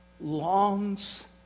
longs